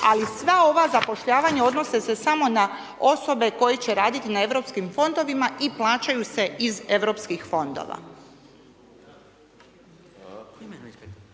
ali sva ova zapošljavanja odnose se samo na osobe koje će raditi na europskim fondovima i plaćaju se iz europskih fondova.